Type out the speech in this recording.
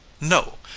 no,